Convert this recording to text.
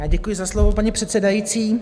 Já děkuji za slovo, paní předsedající.